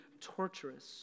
torturous